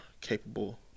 capable